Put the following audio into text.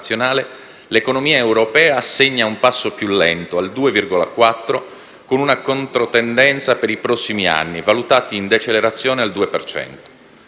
l'economia europea segna un passo più lento, al 2,4, con una controtendenza per i prossimi anni valutati in decelerazione al 2